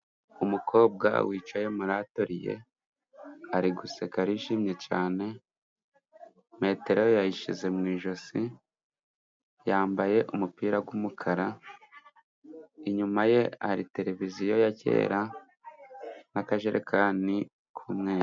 Umukobwa wicaye atoriye， ari guseka arijimye cyane，metero yayishyize mu ijosi， yambaye umupira w’umukara， inyuma ye hari tereviziyo ya kera n'akajerekani k’umwemweru.